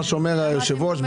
מה שאומר היושב-ראש,